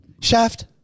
Shaft